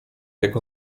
jak